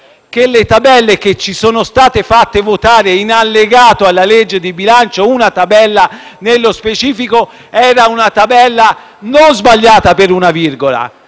tra le tabelle che ci sono state fatte votare in allegato alla legge di bilancio c'era, nello specifico, una tabella, che non era sbagliata per una virgola